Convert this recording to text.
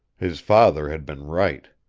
his father had been right.